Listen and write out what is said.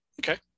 Okay